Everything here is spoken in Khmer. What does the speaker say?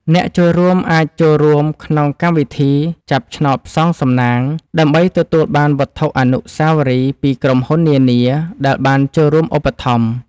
អ្នកចូលរួមអាចចូលរួមក្នុងកម្មវិធីចាប់ឆ្នោតផ្សងសំណាង ដើម្បីទទួលបានវត្ថុអនុស្សាវរីយ៍ពីក្រុមហ៊ុននានាដែលបានចូលរួមឧបត្ថម្ភ។